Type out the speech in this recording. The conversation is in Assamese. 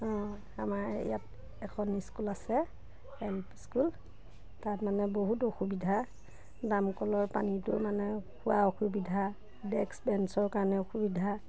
অঁ আমাৰ ইয়াত এখন স্কুল আছে এল পি স্কুল তাত মানে বহুত অসুবিধা দামকলৰ পানীটো মানে খোৱা অসুবিধা ডেস্ক বেঞ্চৰ কাৰণে অসুবিধা